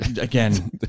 again